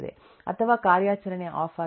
ಅಥವಾ ಕಾರ್ಯಾಚರಣೆ ಆಫ್ ಆಗಿದೆ